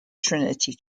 trinity